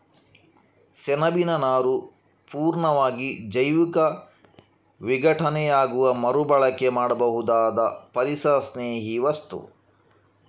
ಸೆಣಬಿನ ನಾರು ಪೂರ್ಣವಾಗಿ ಜೈವಿಕ ವಿಘಟನೆಯಾಗುವ ಮರು ಬಳಕೆ ಮಾಡಬಹುದಾದ ಪರಿಸರಸ್ನೇಹಿ ವಸ್ತು